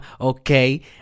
okay